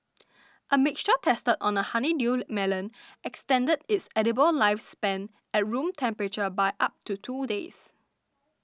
a mixture tested on a honeydew melon extended its edible lifespan at room temperature by up to two days